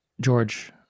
George